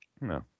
No